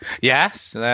Yes